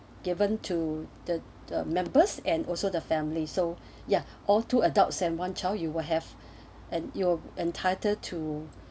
given to the the members and also the family so ya all two adults and one child you will have and you're entitled to